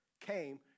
came